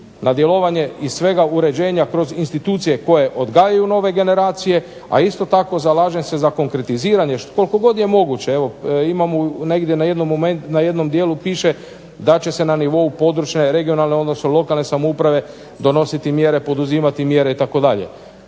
na djelovanje i svega uređenja kroz institucije koje odgajaju nove generacija, a isto tako zalažem se za konkretiziranje koliko god je moguće. Evo imamo negdje na jednom dijelu piše da će se područne (regionalne) odnosno lokalne samouprave donositi i poduzimati mjere itd.